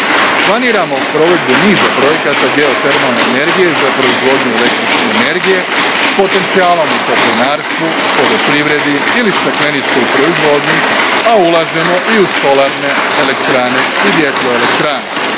Planiramo provedbu niza projekata geotermalne energije za proizvodnju električne energije, s potencijalom u toplinarstvu, poljoprivredi ili stakleničkoj proizvodnji, a ulažemo i u solarne elektrane i vjetroelektrane.